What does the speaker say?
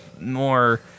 more